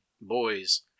boys